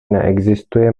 neexistuje